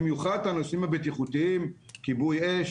במיוחד את הנושאים הבטיחותיים כמו כיבוי-אש